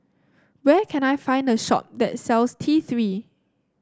where can I find a shop that sells T Three